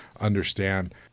understand